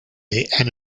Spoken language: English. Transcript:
and